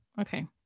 Okay